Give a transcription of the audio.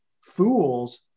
Fools